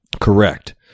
Correct